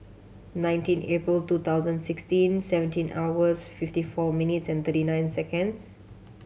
nineteen April two thousand sixteen seventeen hours fifty four minutes and thirty nine seconds